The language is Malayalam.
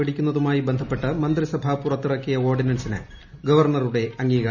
പിടിക്കുന്നതുമായി ബന്ധപ്പെട്ട് മന്ത്രിസഭ പുറത്തിറക്കിയ ഓർഡിനൻസിന് ഗവർണറുടെ അംഗീകാരം